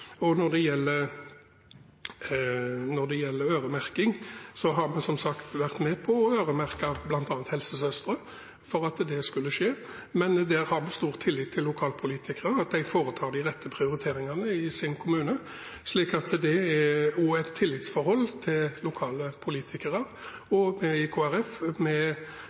skje. Når det gjelder øremerking, har vi som sagt vært med på å øremerke til bl.a. helsesøstre, for at det skulle skje. Der har vi stor tillit til at lokalpolitikerne foretar de rette prioriteringene i sin kommune, så det er også et tillitsforhold til lokale politikere. Vi i